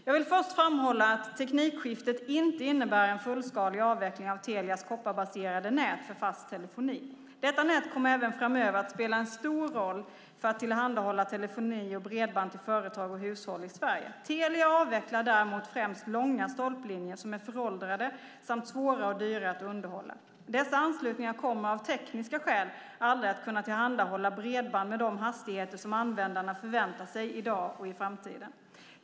Jag vill först framhålla att teknikskiftet inte innebär en fullskalig avveckling av Telias kopparbaserade nät för fast telefoni. Detta nät kommer även framöver att spela en stor roll för att tillhandahålla telefoni och bredband till företag och hushåll i Sverige. Telia avvecklar däremot främst långa stolplinjer som är föråldrade samt svåra och dyra att underhålla. Dessa anslutningar kommer av tekniska skäl aldrig att kunna tillhandahålla bredband med de hastigheter som användarna förväntar sig i dag och i framtiden.